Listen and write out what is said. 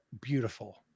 beautiful